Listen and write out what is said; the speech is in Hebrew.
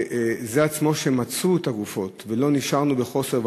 בזה שמצאו את הגופות ולא נשארנו בחוסר,